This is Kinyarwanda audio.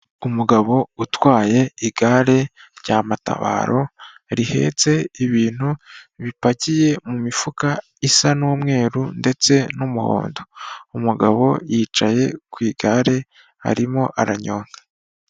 Umugabo utwaye igare rya matabaro rihetse ibintu bipakiye mu mifuka isa n'umweru ndetse n'umuhondo. Umugabo yicaye ku igare arimo aranyonga.